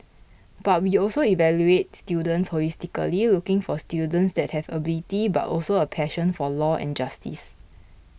but we also evaluate students holistically looking for students that have ability but also a passion for law and justice